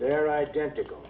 they're identical